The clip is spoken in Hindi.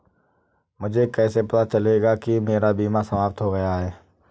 मुझे कैसे पता चलेगा कि मेरा बीमा समाप्त हो गया है?